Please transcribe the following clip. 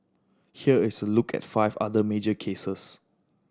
here is a look at five other major cases